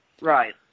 right